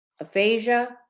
aphasia